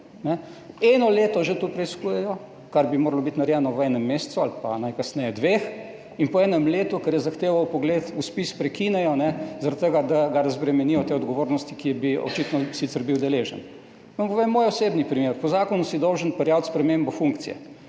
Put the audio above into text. Eno leto že to preiskujejo, kar bi moralo biti narejeno v enem mesecu ali pa najkasneje dveh. In po enem letu, ker je zahteval vpogled v spis, prekinejo, zaradi tega, da ga razbremenijo te odgovornosti, ki bi očitno sicer bil deležen. Vam povem moj osebni primer. Po zakonu si dolžan prijaviti spremembo funkcije.